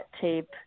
tape